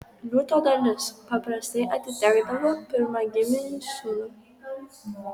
liūto dalis paprastai atitekdavo pirmagimiui sūnui